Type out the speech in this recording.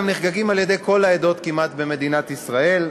הם נחגגים על-ידי כל העדות כמעט במדינת ישראל,